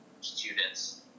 students